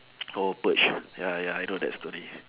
oh purge ya ya I know that story